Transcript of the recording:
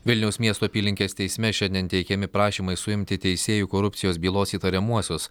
vilniaus miesto apylinkės teisme šiandien teikiami prašymai suimti teisėjų korupcijos bylos įtariamuosius